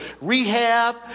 rehab